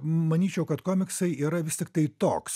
manyčiau kad komiksai yra vis tiktai toks